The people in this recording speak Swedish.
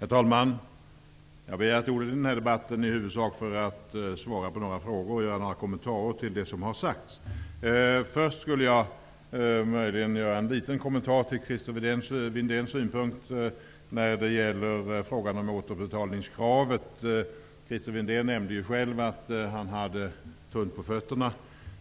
Herr talman! Jag begärde ordet i denna debatt i huvudsak för att svara på några frågor och kommentera det som har sagts. Christer Windén frågade om återbetalningskravet, och han nämnde själv att han hade tunt på fötterna